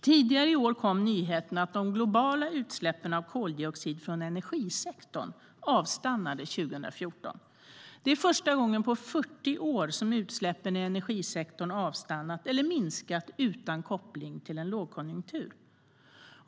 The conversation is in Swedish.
Tidigare i år kom nyheten att de globala utsläppen av koldioxid från energisektorn avstannade 2014. Det är första gången på 40 år som utsläppen i energisektorn avstannat eller minskat utan koppling till en lågkonjunktur.